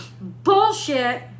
Bullshit